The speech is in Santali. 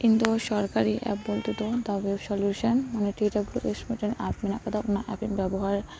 ᱤᱧ ᱫᱚ ᱥᱚᱨᱠᱟᱨᱤ ᱮᱯ ᱵᱚᱞᱛᱮ ᱫᱚ the way of solution T W S ᱢᱤᱫᱴᱟᱝ ᱮᱯ ᱢᱤᱱᱟ ᱠᱟᱫᱟ ᱩᱱᱟ ᱮᱯᱤᱧ ᱵᱮᱵᱚᱦᱟᱨ